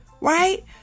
right